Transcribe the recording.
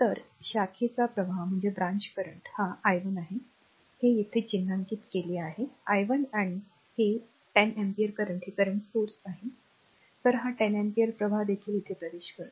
तर शाखेचा प्रवाह हा r i 1 आहे हे येथे चिन्हांकित केले आहे हे i 1 आणि हे 10 अँपिअर current हे करंट स्त्रोत आहे तर हा 10 अँपिअर प्रवाह देखील येथे प्रवेश करतो